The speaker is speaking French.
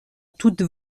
toute